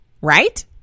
right